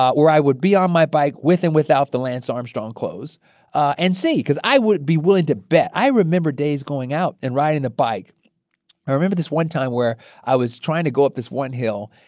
where i would be on my bike with and without the lance armstrong clothes and see. because i would be willing to bet i remember days going out and riding the bike i remember this one time where i was trying to go up this one hill,